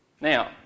Now